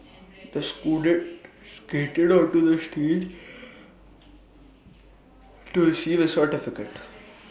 the scholar skated onto the stage to receive his certificate